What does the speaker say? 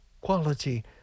quality